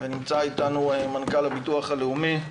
נמצא איתנו מנכ"ל הביטוח הלאומי.